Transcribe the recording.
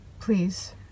Please